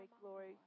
glory